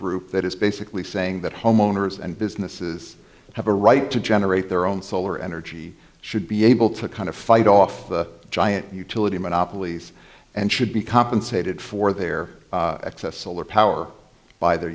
group that is basically saying that homeowners and businesses that have a right to generate their own solar energy should be able to kind of fight off the giant utility monopolies and should be compensated for their excess solar power by their